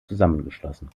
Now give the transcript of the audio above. zusammengeschlossen